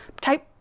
Type